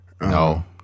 No